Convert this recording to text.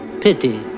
Pity